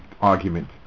argument